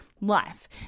life